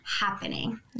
happening